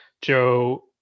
Joe